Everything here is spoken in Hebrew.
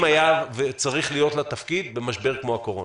היה צריך להיות לה תפקיד במשבר כמו הקורונה.